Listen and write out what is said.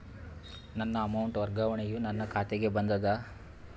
ನನ್ನ ಅಮೌಂಟ್ ವರ್ಗಾವಣೆಯು ನನ್ನ ಖಾತೆಗೆ ಬಂದದ